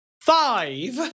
Five